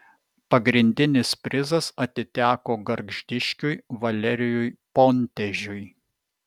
pagrindinis prizas atiteko gargždiškiui valerijui pontežiui